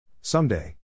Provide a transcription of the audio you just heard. Someday